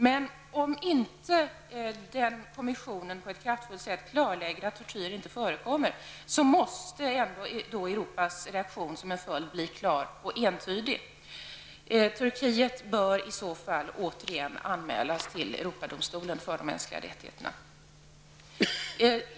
Men om inte den kommissionen på ett kraftfullt sätt klarlägger att tortyr inte förekommer, så måste Europas reaktion bli klar och entydig. Turkiet bör i så fall återigen anmälas till Europadomstolen för de mänskliga rättigheterna.